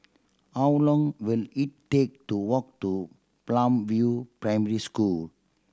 how long will it take to walk to Palm View Primary School